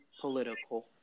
political